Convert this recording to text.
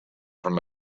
from